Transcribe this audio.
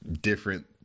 different